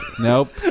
Nope